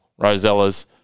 Rosellas